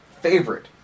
favorite